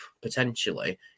potentially